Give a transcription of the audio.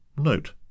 Note